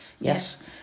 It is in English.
yes